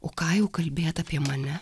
o ką jau kalbėt apie mane